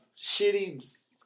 shitty